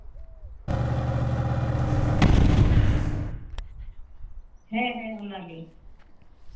ᱦᱮᱸ ᱦᱮᱸ ᱚᱱᱟᱜᱮ